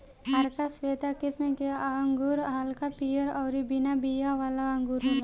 आरका श्वेता किस्म के अंगूर हल्का पियर अउरी बिना बिया वाला अंगूर होला